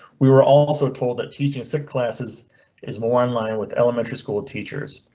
we were also told that teaching six classes is more in line with elementary school teachers.